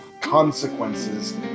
consequences